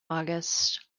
august